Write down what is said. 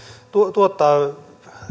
tuottaa